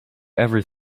ever